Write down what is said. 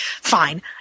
fine